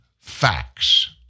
facts